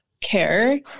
care